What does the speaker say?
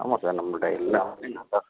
ஆமாம் சார் நம்மள்கிட்ட எல்லாமே நல்லா